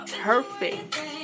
perfect